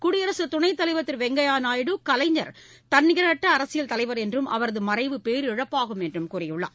குடியரசு துணைத்தலைவர் திரு வெங்கையா நாயுடு கலைஞர் தன்னிகரற்ற அரசியல் தலைவர் என்றும் அவரது மறைவு பேரிழப்பாகும் என்றும் கூறியுள்ளார்